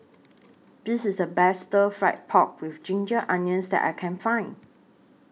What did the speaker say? This IS The Best Stir Fried Pork with Ginger Onions that I Can Find